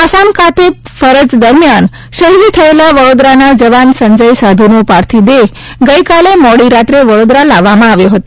આસામ ખાતે ફરજ દરમિયાન શહીદ થયેલા વડોદરાના જવાન સંજય સાધુનો પાર્થિવ દેહ ગઇકાલે મોડી રાત્રે વડોદરા લાવવામાં આવ્યો હતો